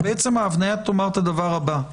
שההבניה תאמר את הדבר הבא: